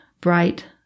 bright